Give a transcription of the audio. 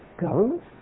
government